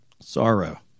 sorrow